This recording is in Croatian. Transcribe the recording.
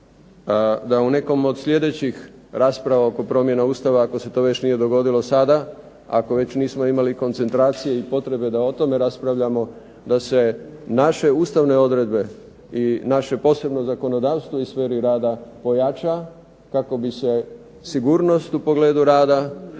da u nekom od sljedećih rasprava oko promjena Ustava, ako se to već nije dogodilo sada, ako već nismo imali koncentracije i potrebe da o tome raspravljamo, da se naše ustavne odredbe i naše posebno zakonodavstvo u sferi rada pojača kako bi se sigurnost u pogledu rada,